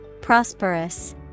prosperous